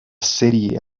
serie